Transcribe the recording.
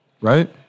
Right